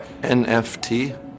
NFT